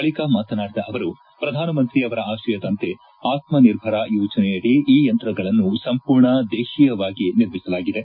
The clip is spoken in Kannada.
ಬಳಿಕ ಮಾತನಾಡಿದ ಅವರು ಪ್ರಧಾನ ಮಂತ್ರಿಯವರ ಆಶಯದಂತೆ ಆತ್ಮ ನಿರ್ಭರ ಯೋಜನೆಯಡಿ ಈ ಯಂತ್ರಗಳನ್ನು ಸಂಪೂರ್ಣ ದೇಶೀಯವಾಗಿ ನಿರ್ಮಿಸಲಾಗಿದೆ